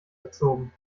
gezogen